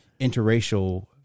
interracial